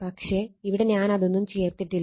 പക്ഷെ ഇവിടെ ഞാൻ അതൊന്നും ചേർത്തിട്ടില്ല